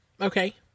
Okay